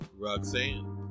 Roxanne